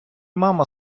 мама